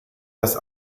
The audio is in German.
das